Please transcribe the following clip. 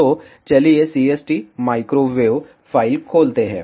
तो चलिए CST microwave file खोलते हैं